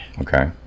Okay